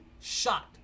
shot